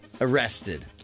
Arrested